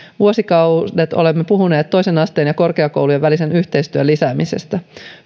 vuosikaudet olemme puhuneet toisen asteen ja korkeakoulujen välisen yhteistyön lisäämisestä